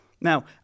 Now